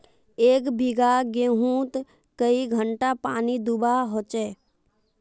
एक बिगहा गेँहूत कई घंटा पानी दुबा होचए?